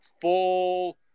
full